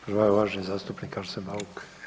Prva je uvaženi zastupnik Arsen Bauk.